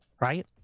right